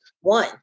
one